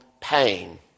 pain